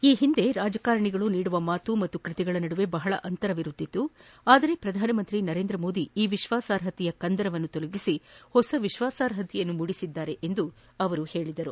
ಈ ಹಿಂದೆ ರಾಜಕಾರಿಣಿಗಳು ನೀಡುವ ಮಾತು ಹಾಗೂ ಕೃತಿಗಳ ನಡುವೆ ಬಹಳಷ್ಟು ಅಂತರವಿರುತ್ತಿತು ಆದರೆ ಪ್ರಧಾನಿ ನರೇಂದ್ರ ಮೋದಿ ಈ ವಿಶ್ವಾಸಾರ್ಹತೆಯ ಕಂದರವನ್ನು ತೊಲಗಿಸಿ ಹೊಸ ವಿಶ್ಲಾಸಾರ್ಹತೆಯನ್ನು ಮೂಡಿಸಿದ್ದಾರೆ ಎಂದು ಹೇಳಿದರು